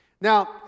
Now